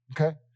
Okay